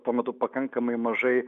tuo metu pakankamai mažai